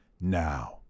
now